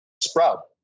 sprout